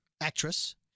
actress